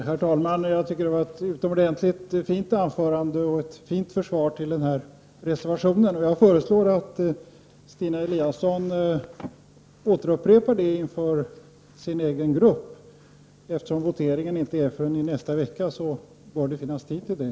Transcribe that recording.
Herr talman! Jag tycker att Stina Eliasson höll ett utomordentligt fint anförande. Det var ett bra försvar av reservationen. Jag föreslår emellertid Stina Eliasson att upprepa vad hon här har sagt inför sin egen grupp. Eftersom voteringen sker först nästa vecka bör det finnas tid för det.